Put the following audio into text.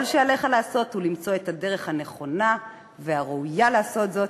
כל שעליך לעשות הוא למצוא את הדרך הנכונה והראויה לעשות זאת.